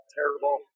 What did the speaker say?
terrible